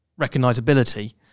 recognizability